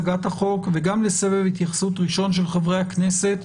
גם להצגת החוק וגם לסבב התייחסות ראשון של חברי הכנסת,